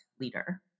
leader